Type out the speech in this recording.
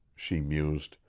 she mused,